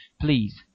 please